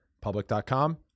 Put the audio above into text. public.com